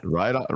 right